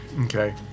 Okay